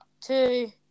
two